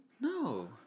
No